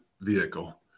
vehicle